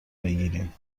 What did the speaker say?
بگیریم